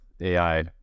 ai